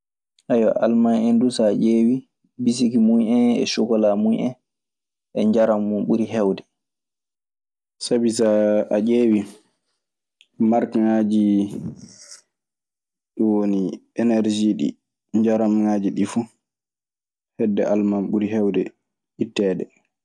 Alman en duu, so a ƴeewii, Bisiki mun en e sokkolaa mun en, e njaram mun ɓuri heewde. Sabi so a ƴeewii, markŋaaji ɗun woni enersii ɗii, njaramŋaaji ɗii fu hedde Alman ɓuri heewde itteede.